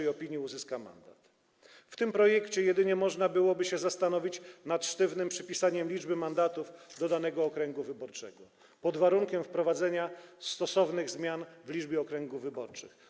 Jeśli chodzi o kwestie zawarte w tym projekcie, to jedynie można byłoby się zastanowić nad sztywnym przypisaniem liczby mandatów do danego okręgu wyborczego pod warunkiem wprowadzenia stosownych zmian w liczbie okręgów wyborczych.